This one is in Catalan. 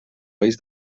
país